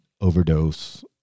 overdose